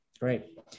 Great